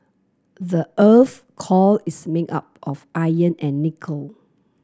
the earth core is made up of iron and nickel